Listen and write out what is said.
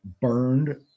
burned